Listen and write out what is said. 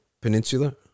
peninsula